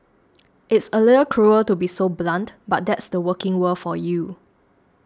it's a little cruel to be so blunt but that's the working world for you